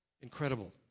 Incredible